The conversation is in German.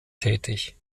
tätig